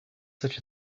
such